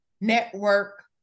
network